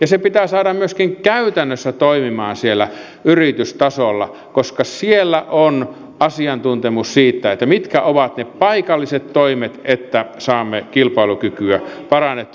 ja se pitää saada myöskin käytännössä toimimaan siellä yritystasolla koska siellä on asiantuntemus siitä mitkä ovat ne paikalliset toimet että saamme kilpailukykyä parannettua